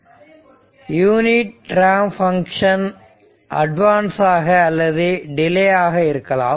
எனவே unit ramp function அட்வான்ஸாக அல்லது டிலே ஆக இருக்கலாம்